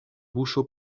buŝo